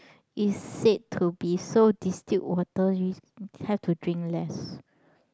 it said to be so distilled water which have to drink less